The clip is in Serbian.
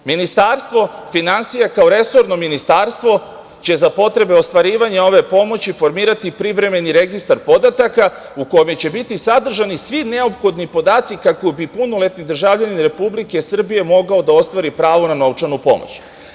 Ministarstvo finansija, kao resorno ministarstvo će za potrebe ostvarivanja ove pomoći formirati privremeni registar podataka u kome će biti sadržani svi neophodni podaci kako bi punoletni državljanin Republike Srbije mogao da ostvari pravo na novčanu pomoć.